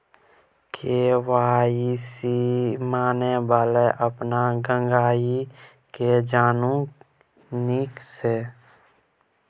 KYC माने भेल अपन गांहिकी केँ जानु नीक सँ